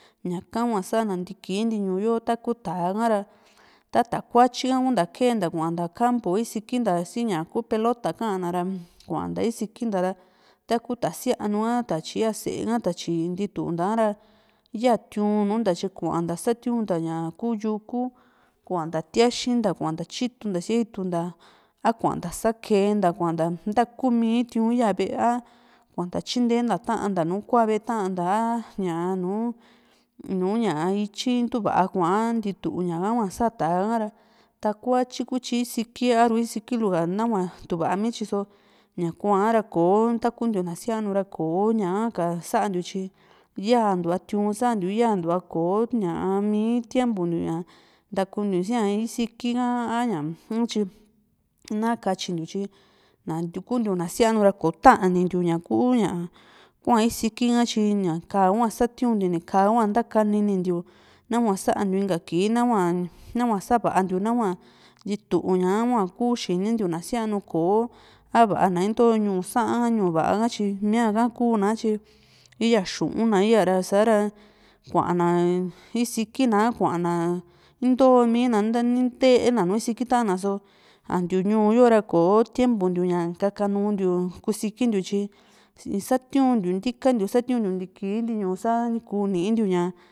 ñaka hua sana ntikintiñuu yo ta ku táa ta´ta kuatyi ha kunta kee kua campo isikinta si ñaku pelota kana ra kuanta isikinta ra taku ta sianu tatyi yaa sée ka ta tyi ntitunta´ra ya tìu´n nunta tyi kuanta satiunta ña ku yuku kuanta tiaxinta kuanta tyitunta sía itunta a kuanta sakenta kuanta ntakumi tìu´n ya ve´e a kuanta tyintenta tan´ta nu kua ve´e tan´ta a ña nu a nùù ityi ntuuva kua a ntituña kahua sa táa ra takuatyi kutyi isiki ar isikilu ka nahua tuva mityi so ñakuara ko takuntiu na sianura koo ñaha ka santiu tyi yaantua tìu´n santiu yantua ko ña mii tiempo ntiu ntakuntiu sia isiki ha a ña tyi na katyi yu tyi na kuntiu na sianu ra kótanintiu ñaku ña hua isiki´ha tyi ña nkaa hua satiuntiu nika hua ntakaninintiu nahua santiu inka kii nahua savantiu nahua ntituuñahua kuu xini ntiu na sianu ko tava na into ñuu Sa'anha ñuu va´a tyi mia´ha kuna tyi iya xuna iyaa ra sa´ra kuana isiki na a kuaan a intomi na ni ntee na nùù isiki ta´an na so antiu ñuu yo ra ko tiempo ntiu ña kaka nuntiu kusikintiu tyi satiuntiu ntikantiu satiuntiu ntiki ntiñuu sa ku nintiu ña